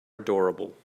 adorable